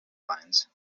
lines